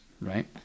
right